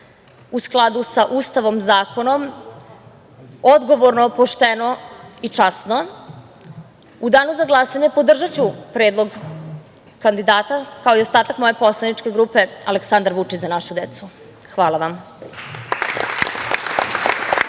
u skladu sa Ustavom, zakonom, odgovorno, pošteno i časno.U danu za glasanje podržaću Predlog kandidata, kao i ostatak moje poslaničke grupe, Aleksandar Vučić – Za našu decu. Hvala vam.